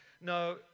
No